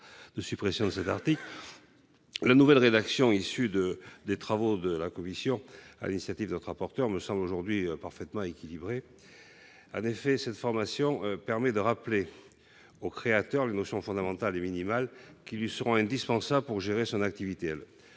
La nouvelle rédaction de celui-ci, issue des travaux de la commission, sur l'initiative de notre rapporteur, me semble parfaitement équilibrée. En effet, cette formation permet de rappeler au créateur d'entreprise les notions fondamentales et minimales qui lui seront indispensables pour gérer son activité.